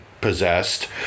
possessed